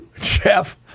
Jeff